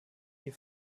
die